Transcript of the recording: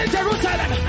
Jerusalem